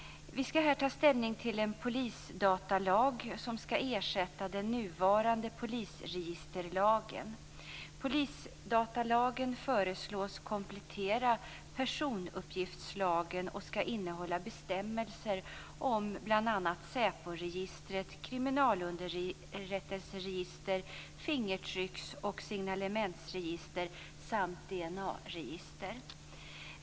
Vi skall här ta ställning till en polisdatalag som skall ersätta den nuvarande polisregisterlagen. Polisdatalagen föreslås komplettera personuppgiftslagen och skall innehålla bestämmelser om bl.a. säporegistret, kriminalunderrättelseregister, fingeravtrycks och signalementsregister samt DNA-register.